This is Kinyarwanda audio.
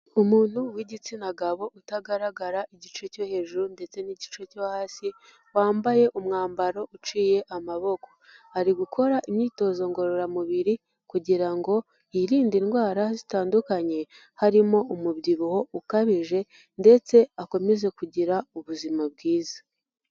Umuntu w'igitsina gabo utagaragara igice cyo hejuru ndetse n'igice cyo hasi wambaye umwambaro uciye amaboko. Ari gukora imyitozo ngororamubiri kugira ngo yirinde indwara zitandukanye harimo umubyibuho ukabije ndetse akomeze kugira ubuzima bwiza.